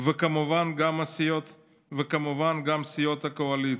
וכמובן גם סיעות הקואליציה.